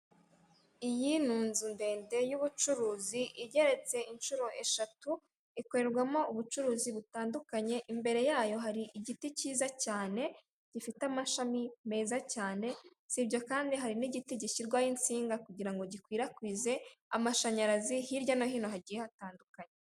Iyi ni inzu ndende y'ubucuruzi igeretse inshuro eshatu, ikorerwamo ubucuruzi butandukanye imbere yayo hari igiti cyiza cyane gifite amashami meza cyane sibyo kandi hari n'igiti gishyirwaho insinga kugira ngo gikwirakwize amashanyarazi hirya no hino hagiye hatandukanye.